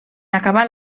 acabar